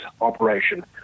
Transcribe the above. operation